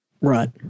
Right